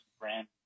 brand